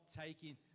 taking